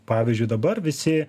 pavyzdžiui dabar visi